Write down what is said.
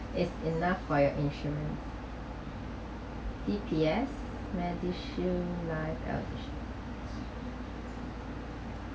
is enough for your insurance C_P_S medical life